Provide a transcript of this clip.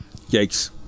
Yikes